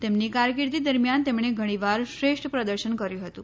તેમની કારકીર્દી દરમિયાન તેમણે ઘણીવાર શ્રેષ્ઠ પ્રદર્શન કર્યું હતું